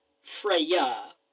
Freya